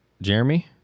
Jeremy